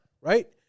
right